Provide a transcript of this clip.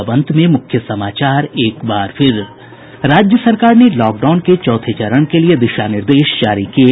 और अब अंत में मुख्य समाचार राज्य सरकार ने लॉक डाउन के चौथे चरण के लिए दिशा निर्देश जारी किये